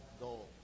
goal